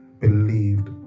believed